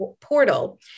portal